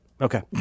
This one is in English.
Okay